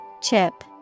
Chip